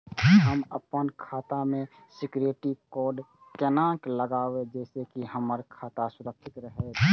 हम अपन खाता में सिक्युरिटी कोड केना लगाव जैसे के हमर खाता सुरक्षित रहैत?